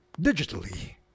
digitally